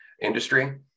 industry